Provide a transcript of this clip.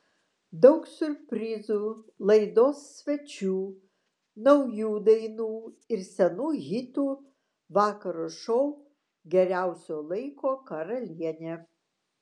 daug siurprizų laidos svečių naujų dainų ir senų hitų vakaro šou geriausio laiko karalienė